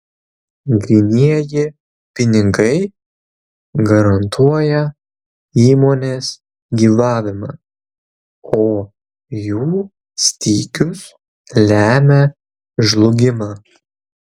grynieji pinigai garantuoja įmonės gyvavimą o jų stygius lemia žlugimą